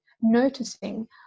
noticing